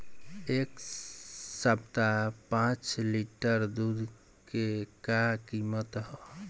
एह सप्ताह पाँच लीटर दुध के का किमत ह?